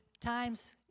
times